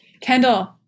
Kendall